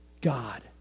God